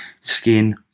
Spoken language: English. skin